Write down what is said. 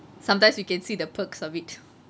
sometimes you can see the perks of it